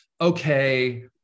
okay